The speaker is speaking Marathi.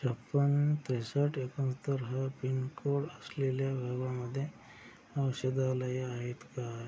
छप्पन्न त्रेसष्ठ एकोणसत्तर हा पिन कोड असलेल्या भागामध्ये औषधालये आहेत का